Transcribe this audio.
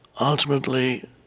Ultimately